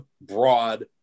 broad